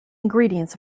ingredients